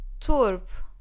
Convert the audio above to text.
Turp